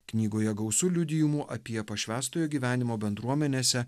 knygoje gausu liudijimų apie pašvęstojo gyvenimo bendruomenėse